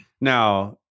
Now